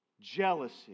jealousy